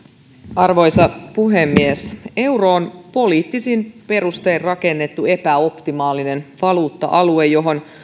arvoisa puhemies euro on poliittisin perustein rakennettu epäoptimaalinen valuutta alue johon